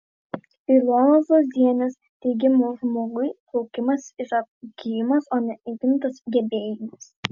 ilonos zuozienės teigimu žmogui plaukimas yra įgyjamas o ne įgimtas gebėjimas